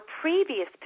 previous